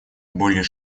более